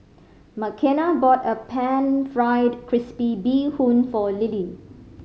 Makena bought a Pan Fried Crispy Bee Hoon for Lilly